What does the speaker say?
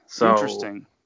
Interesting